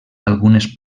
algunes